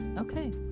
Okay